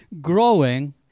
growing